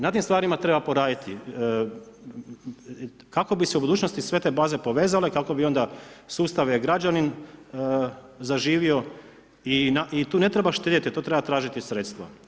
Na tim stvarima treba poraditi kako bi se u budućnosti sve te baze povezale, kako bi onda sustav e-građanin zaživio i tu ne treba štedjeti tu treba tražiti sredstva.